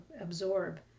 absorb